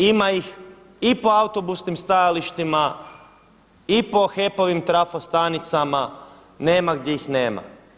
Ima ih i po autobusnim stajalištima i po HEP-ovim trafostanicama, nema gdje ih nema.